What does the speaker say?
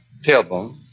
tailbone